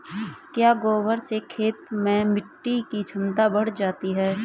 क्या गोबर से खेत में मिटी की क्षमता बढ़ जाती है?